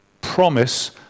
promise